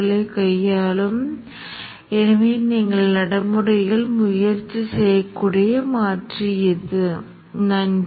சர்க்யூட்டை ஆராய்ந்து இந்த முன்னோக்கி மாற்றி செயல்பாடு மற்றும் அலை வடிவங்களைப் பற்றி உங்களால் முடிந்த அளவு நுண்ணறிவைப் பெற விடுகிறேன்